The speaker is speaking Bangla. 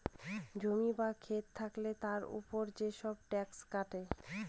জমি বা খেত থাকলে তার উপর যেসব ট্যাক্স কাটে